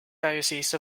diocese